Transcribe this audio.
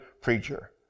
preacher